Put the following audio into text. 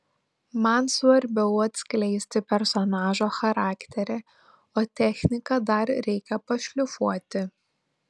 man svarbiau atskleisti personažo charakterį o techniką dar reikia pašlifuoti